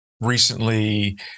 recently